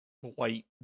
white